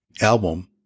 album